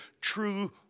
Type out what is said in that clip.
true